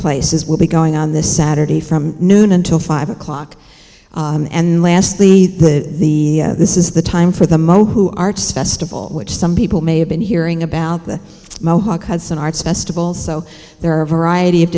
place is will be going on this saturday from noon until five o'clock and lastly that the this is the time for them oh who arts festival which some people may have been hearing about the mohawk has an arts festival so there are a variety of